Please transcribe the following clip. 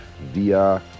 via